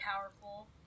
powerful